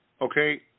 Okay